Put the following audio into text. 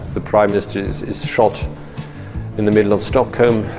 the prime minister is is shot in the middle of stockholm,